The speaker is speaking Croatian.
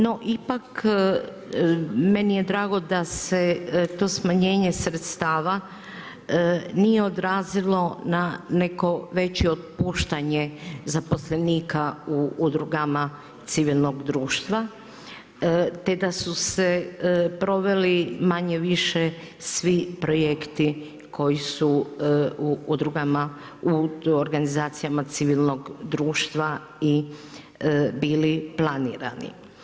No, ipak meni je drago da se to smanjenje sredstava nije odrazilo na neko veće otpuštanje zaposlenika u udrugama civilnog društva te da su se proveli manje-više svi projekti koji su udrugama u organizacijama civilnog društva i bili planirani.